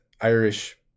Irish